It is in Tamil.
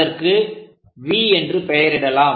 அதற்கு V என்று பெயரிடலாம்